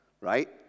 right